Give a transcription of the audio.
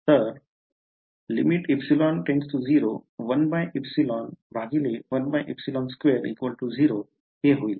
तर हे होईल